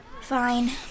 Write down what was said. Fine